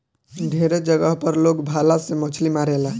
ढेरे जगह पर लोग भाला से मछली मारेला